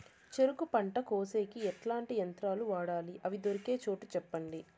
చెరుకు పంట కోసేకి ఎట్లాంటి యంత్రాలు వాడాలి? అవి దొరికే చోటు చెప్పండి?